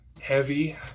heavy